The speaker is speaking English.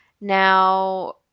now